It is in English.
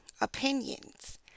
opinions